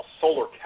solar